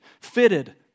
fitted